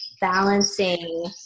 balancing